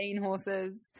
horses